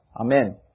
Amen